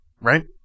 right